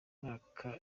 mwaka